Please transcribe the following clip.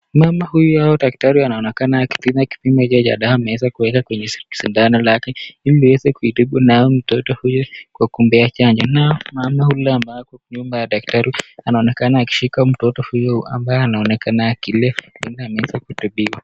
Mama huyu au daktari anaonekana kupima kipimo hicho cha dawa. Ameweza kuweka kwenye sindano lake ili aweze kutibu nayo mtoto huyu kwa kumpea chanjo na mama huyu ambaye ako nyuma ya daktari. Anaonekana akishika mtoto huyu ambaye anaonekana akilia ndio maana ameweza kutibiwa.